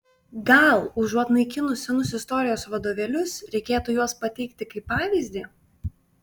gal užuot naikinus senus istorijos vadovėlius reikėtų juos pateikti kaip pavyzdį